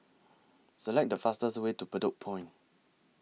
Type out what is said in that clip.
Select The fastest Way to Bedok Point